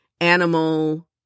animal